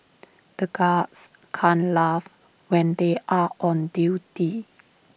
the guards can't laugh when they are on duty